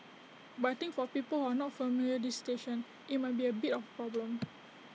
but I think for people who are not familiar this station IT might be A bit of A problem